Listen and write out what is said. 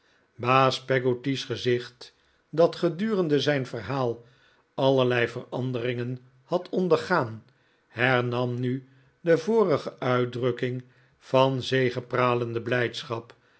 baas peggotty's gezicht dat gedurende zijn verhaal allerlei veranderingen had ondergaan hernam nu de vorige uitdrukking van zegepralende blijdschap